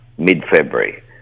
mid-February